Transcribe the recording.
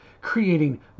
creating